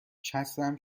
چترم